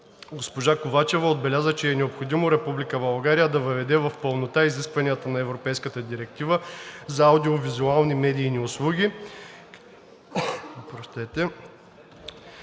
Госпожа Ковачева отбелязва, че е необходимо Република България да въведе в пълнота изискванията на Европейската директива за аудио-визуални медийни услуги, както